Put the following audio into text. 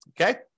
okay